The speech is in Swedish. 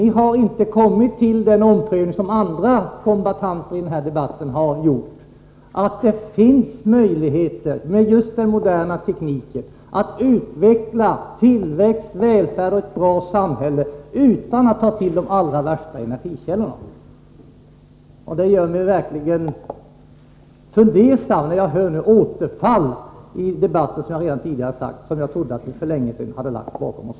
Ni har inte kommit till den omprövning som andra kombattanter i denna debatt har gjort, som har insett att det finns möjligheter, just med hjälp av den moderna tekniken, att utveckla tillväxt, välfärd och ett bra samhälle utan att ta till de allra värsta energikällorna. Det gör mig verkligen fundersam när jag hör detta återfall i en argumentation som jag trodde att vi för länge sedan hade lagt bakom oss.